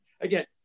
again